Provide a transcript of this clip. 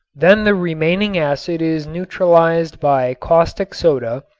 then the remaining acid is neutralized by caustic soda,